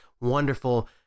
wonderful